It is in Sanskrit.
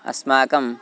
अस्माकम्